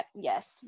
Yes